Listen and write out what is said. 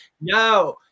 no